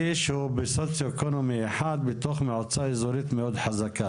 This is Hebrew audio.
שהוא בסוציואקונומי אחד בתוך מועצה אזורית מאוד חזקה,